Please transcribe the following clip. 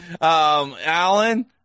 alan